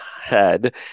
head